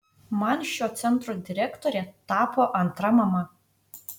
man šio centro direktorė tapo antra mama